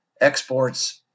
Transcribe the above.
exports